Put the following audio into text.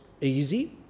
easy